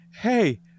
hey